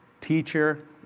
teacher